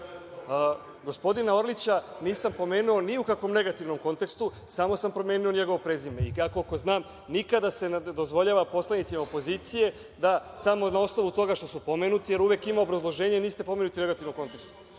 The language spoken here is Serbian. repliku. Gospodina Orlića nisam pomenuo ni u kakvom negativnom kontekstu, samo sam pomenuo njegovo prezime. Koliko znam, nikada se ne dozvoljava poslanicima opozicije da samo na osnovu toga što su pomenuti, jer uvek ima obrazloženje – niste pomenuti u negativnom kontekstu. Gospodine